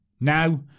Now